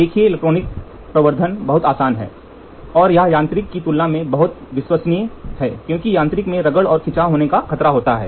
देखिए इलेक्ट्रॉनिक प्रवर्धन बहुत आसान है और यह यांत्रिक की तुलना में बहुत विश्वसनीय है क्योंकि यांत्रिक में रगड़ और खिंचाव होने का खतरा होता है